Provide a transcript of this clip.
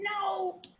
No